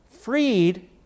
freed